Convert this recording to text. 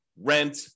rent